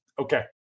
okay